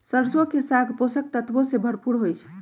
सरसों के साग पोषक तत्वों से भरपूर होई छई